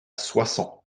soissons